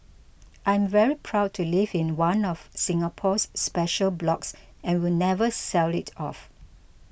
I'm very proud to live in one of Singapore's special blocks and will never sell it off